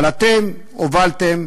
אבל אתם הובלתם.